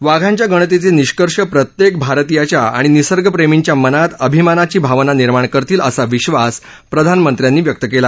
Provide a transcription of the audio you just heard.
वाघांच्या गणतीचे निष्कर्ष प्रत्येक भारतीयाच्या आणि निसर्गप्रेमींच्या मनात अभिमानाची भावना निर्माण करतील असा विश्वास प्रधानमंत्र्यांनी व्यक्त केला